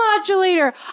modulator